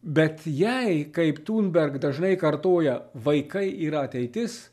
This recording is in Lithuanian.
bet jei kaip tunberg dažnai kartoja vaikai yra ateitis